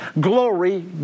Glory